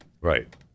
Right